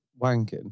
wanking